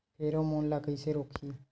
Pheromone ला कइसे रोकही?